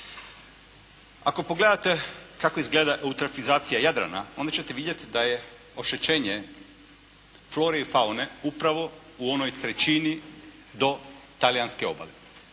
Ako pogledate kako izgleda eutrofizacija Jadrana, onda ćete vidjeti da je oštećenje flore i faune upravo u onoj trećini do talijanske obale.